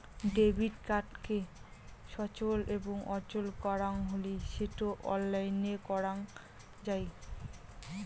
debit কার্ডকে সচল এবং অচল করাং হলি সেটো অনলাইনে করাং যাই